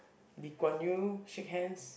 Lee-Kuan-Yew shake hands